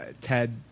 ted